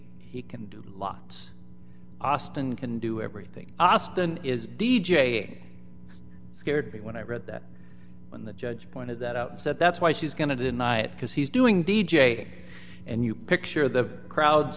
he can do lots austin can do everything austin is d j scared me when i read that when the judge pointed that out that's why she's going to deny it because he's doing d j and you picture the crowds